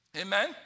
Amen